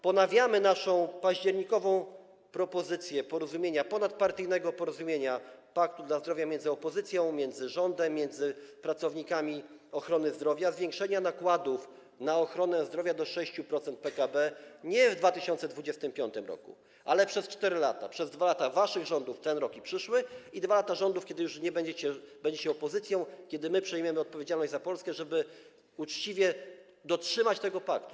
Ponawiamy naszą październikową propozycję dotyczącą ponadpartyjnego porozumienia - paktu dla zdrowia - między opozycją, rządem i pracownikami ochrony zdrowia, zwiększenia nakładów na ochronę zdrowia do 6% PKB nie w 2025 r., ale przez 4 lata: przez 2 lata waszych rządów, ten rok i przyszły, i 2 lata rządów, kiedy już nie będziecie... będziecie opozycją, kiedy my przejmiemy odpowiedzialność za Polskę, żeby uczciwie dotrzymać postanowień tego paktu.